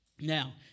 Now